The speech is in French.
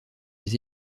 les